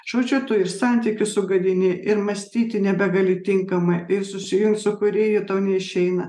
žodžiu tu ir santykius sugadini ir mąstyti nebegali tinkamai ir susijungt su kūrėju tau neišeina